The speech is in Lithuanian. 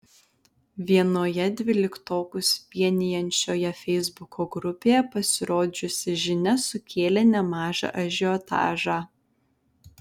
vienoje dvyliktokus vienijančioje feisbuko grupėje pasirodžiusi žinia sukėlė nemažą ažiotažą